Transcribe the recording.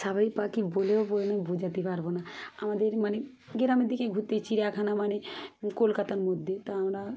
সবাই পাখি বলেও বোঝাতে পারবো না আমাদের মানে গ্রামের দিকে ঘুরতে চিড়িয়াখানা মানে কলকাতার মধ্যে তো আমরা